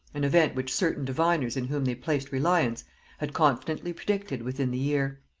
an event which certain diviners in whom they placed reliance had confidently predicted within the year.